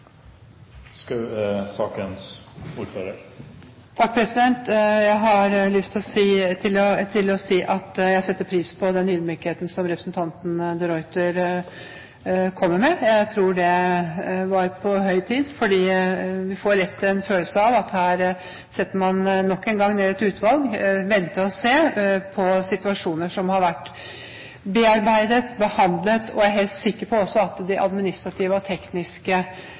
Jeg har lyst til å si at jeg setter pris på den ydmykheten som representanten de Ruiter viser. Jeg tror det var på høy tid, for vi får lett en følelse av at her setter man nok en gang ned et utvalg, vil vente og se når det gjelder en situasjon som har vært bearbeidet og behandlet, og jeg er også helt sikker på at de administrative og tekniske